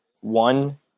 one